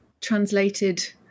translated